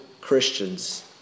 Christians